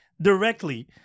directly